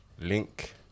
Link